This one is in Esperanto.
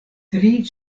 tri